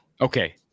Okay